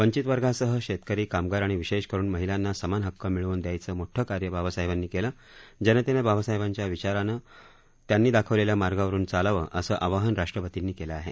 वंचित वर्गासह शेतकरी कामगार आणि विशेष करून महिलांना समान हक्क मिळवून द्यायचं मोठं कार्य बाबासाहेबांनी केलं जनतेनं बाबासाहेबांच्या विचारानं त्यांनी दाखवलेल्या मार्गावरून चालावं असं आवाहन राष्ट्रपतींनी केलं आहे